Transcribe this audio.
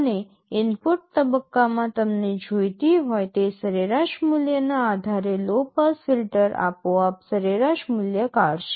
અને ઇનપુટ તબક્કામાં તમને જોઈતી હોય તે સરેરાશ મૂલ્યના આધારે લો પાસ ફિલ્ટર આપોઆપ સરેરાશ મૂલ્ય કાઢશે